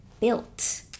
built